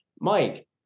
Mike